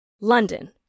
London